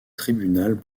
tribunal